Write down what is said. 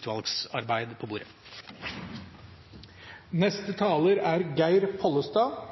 utvalgsarbeid på bordet. Utgangspunktet for diskusjonen er